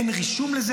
אין רישום לזה,